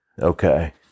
okay